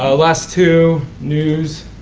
ah last two, news,